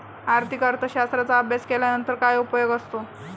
आर्थिक अर्थशास्त्राचा अभ्यास केल्यानंतर काय उपयोग असतो?